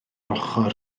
ochr